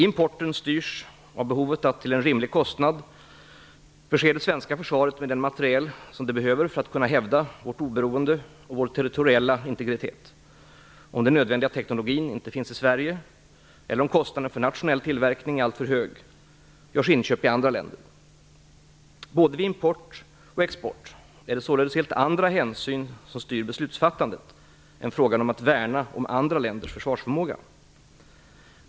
Importen styrs av behovet att till rimlig kostnad förse det svenska försvaret med den materiel som det behöver för att kunna hävda vårt oberoende och vår territoriella integritet. Om den nödvändiga teknologin inte finns i Sverige eller om kostnaden för nationell tillverkning är alltför hög görs inköp i andra länder. Vid både import och export är det således helt andra hänsyn som styr beslutsfattandet än frågan om att värna om andra länders försvarsförmåga.